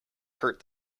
hurt